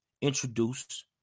introduced